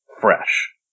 fresh